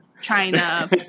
china